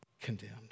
condemned